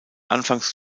anfangs